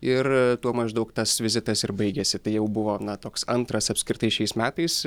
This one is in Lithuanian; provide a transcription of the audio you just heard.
ir tuo maždaug tas vizitas ir baigėsi tai jau buvo na toks antras apskritai šiais metais